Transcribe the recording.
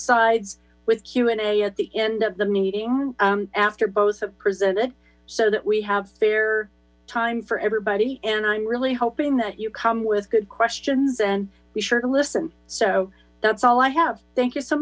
sides with q and a at the end of the meeting after both have presented so that we have fair time for everybody and i'm really hoping that you come with good questions and be sure to listen so that's all i have thank you so